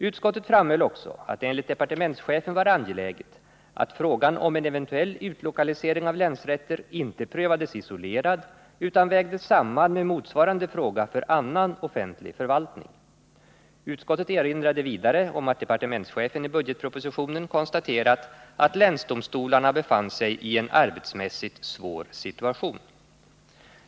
Utskottet framhöll också att det enligt departementschefen var angeläget att frågan om en eventuell utlokalisering av länsrätter inte prövades isolerad utan vägdes samman med motsvarande fråga för annan offentlig förvaltning. Utskottet erinrade vidare om att departementschefen i budgetpropositionen konstaterat att länsdomstolarna befann sig i en arbetsmässigt svår situation.